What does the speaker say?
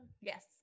Yes